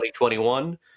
2021